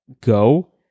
go